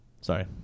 Sorry